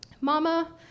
Mama